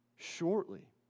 Shortly